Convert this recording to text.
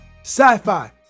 sci-fi